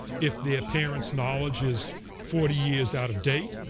if their parents' knowledge is forty years out of date,